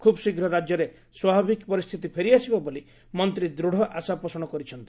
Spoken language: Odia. ଖୁବ୍ ଶୀଘ୍ର ରାଜ୍ୟରେ ସ୍ୱାଭାବିକ ପରିସ୍ଥିତି ଫେରିଆସିବ ବୋଲି ମନ୍ତ୍ରୀ ଦୃଢ଼ ଆଶାପୋଷଣ କରିଛନ୍ତି